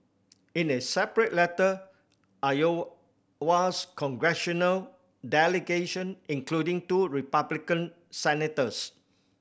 in a separate letter Iowa's congressional delegation including two Republican senators